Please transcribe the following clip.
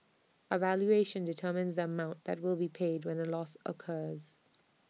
A valuation determines that mount that will be paid when A loss occurs